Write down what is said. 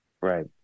Right